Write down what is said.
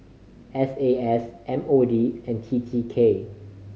S A S M O D and T T K